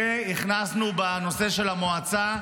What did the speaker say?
והכנסנו בנושא של המועצה,